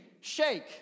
shake